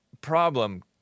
problem